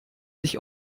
sich